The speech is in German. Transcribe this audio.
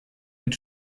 mit